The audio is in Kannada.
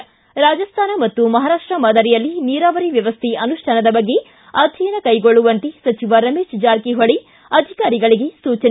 ಿ ರಾಜಸ್ತಾನ ಮತ್ತು ಮಹಾರಾಷ್ಟ ಮಾದರಿಯಲ್ಲಿ ನೀರಾವರಿ ವ್ಯವಸ್ಥೆ ಅನುಷ್ಠಾನದ ಬಗ್ಗೆ ಅಧ್ಯಯನ ಕೈಗೊಳ್ಳುವಂತೆ ಸಚಿವ ರಮೇಶ್ ಜಾರಕಿಹೊಳಿ ಅಧಿಕಾರಿಗಳಿಗೆ ಸಲಹೆ